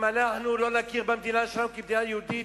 שאם אנחנו לא נכיר במדינה שלנו כמדינה יהודית,